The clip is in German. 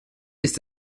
ist